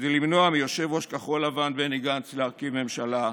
כדי למנוע מיושב-ראש כחול לבן בני גנץ להרכיב ממשלה,